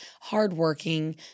hardworking